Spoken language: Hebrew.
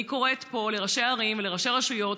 אני קוראת פה לראשי ערים ולראשי רשויות